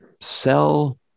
sell